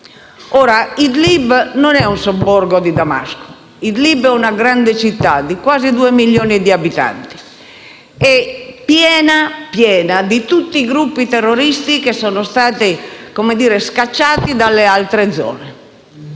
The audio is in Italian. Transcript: Idlib non è un sobborgo di Damasco, bensì una grande città di quasi 2 milioni di abitanti ed è piena di tutti i gruppi terroristici che sono stati scacciati dalle altre zone.